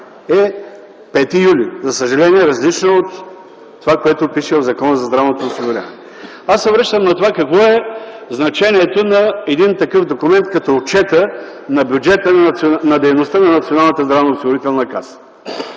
е 5 юли – за съжаление, различно от това, което пише в Закона за здравното осигуряване. Аз се връщам на това какво е значението на един такъв документ като отчета на дейността на